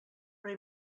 però